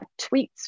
tweets